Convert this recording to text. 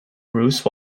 bruce